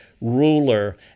ruler